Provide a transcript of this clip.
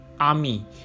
army